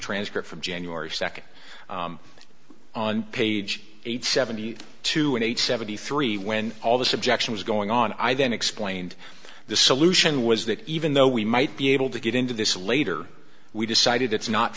transcript from january second on page eight seventy two and eight seventy three when all this objection was going on i then explained the solution was that even though we might be able to get into this later we decided it's not